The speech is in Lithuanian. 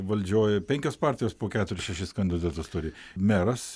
valdžioj penkios partijos po keturis šešis kandidatus turi meras